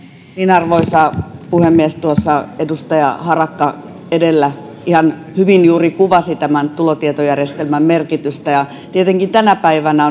arvoisa puhemies tuossa edustaja harakka edellä juuri ihan hyvin kuvasi tämän tulotietojärjestelmän merkitystä tietenkin tänä päivänä